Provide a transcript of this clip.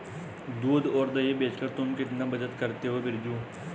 दूध और दही बेचकर तुम कितना बचत करते हो बिरजू?